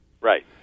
Right